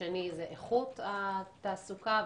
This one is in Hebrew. שתיים זו איכות התעסוקה,